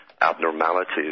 abnormalities